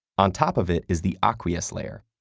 on top of it is the aqueous layer,